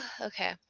okay